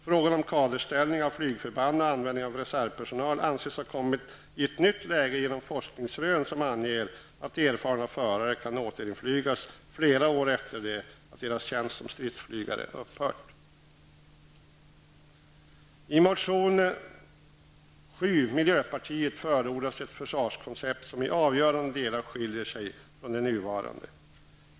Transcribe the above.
Frågan om kaderställning av flygförband och användning av reservpersonal anses ha kommit i ett nytt läge genom forskningsrön som anger att erfarna förare kan återinflygas flera år efter det att deras tjänst som stridsflygare har upphört. I motion Fö7 från miljöpartiet förordas ett försvarskoncept som i avgörande delar skiljer sig från det nuvarande.